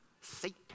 Satan